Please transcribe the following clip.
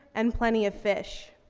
and plenty of fish.